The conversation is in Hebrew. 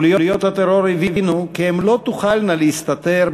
חוליות הטרור הבינו כי הן לא תוכלנה להסתתר